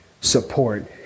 support